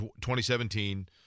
2017